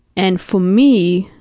and for me,